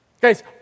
Guys